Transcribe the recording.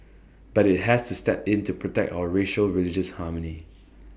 but IT has to step in to protect our racial religious harmony